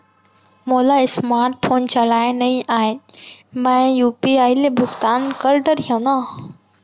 मोला smartphone चलाए नई आए मैं यू.पी.आई ले भुगतान कर डरिहंव न?